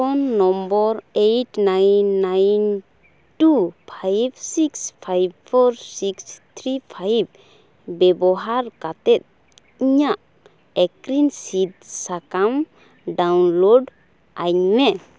phone number eight nine nine two five six five four six three five ᱵᱮᱵᱚᱦᱟᱨ ᱠᱟᱛᱮᱫ ᱤᱧᱟᱹᱜ ᱮᱠᱨᱤᱱ ᱥᱤᱫ ᱥᱟᱠᱟᱢ ᱰᱟᱣᱩᱱᱞᱳᱰ ᱟᱧᱢᱮ